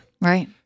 right